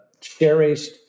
cherished